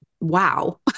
wow